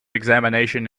examination